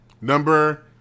Number